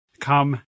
come